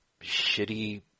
shitty